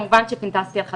כמובן שפנטזתי על חתונה,